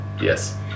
Yes